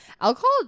alcohol